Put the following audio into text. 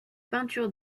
peintures